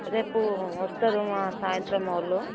రేపు వస్తర్రు మా సాయంత్రం వాళ్ళు